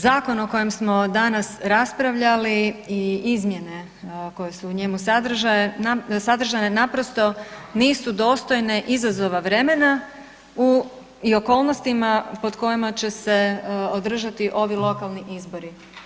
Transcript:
Zakon o kojem smo danas raspravljali i izmjene koje su u njemu sadržane naprosto nisu dostojne izazova vremena i okolnostima pod kojima će se održati ovi lokalni izbori.